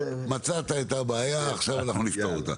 מצאת את הבעיה, עכשיו אנחנו נפתור אותה.